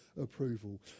approval